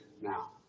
now